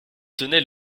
tenais